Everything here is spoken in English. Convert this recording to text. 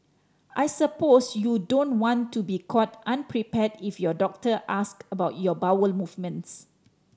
I suppose you don't want to be caught unprepared if your doctor asks about your bowel movements